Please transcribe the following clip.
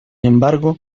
embargo